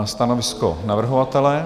Stanovisko navrhovatele?